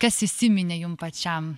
kas įsiminė jum pačiam